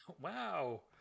Wow